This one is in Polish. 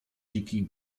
dzikich